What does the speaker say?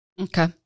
Okay